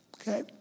Okay